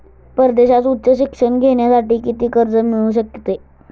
परदेशात उच्च शिक्षण घेण्यासाठी किती कर्ज मिळू शकते?